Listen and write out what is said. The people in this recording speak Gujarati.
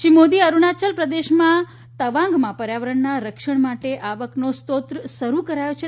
શ્રી મોદીએ અરૂણાચલ પ્રદેશના તવાંગમાં પર્યાવરણના રક્ષણ સાથે આવકનો સોજાત શરૂ કરાયો છે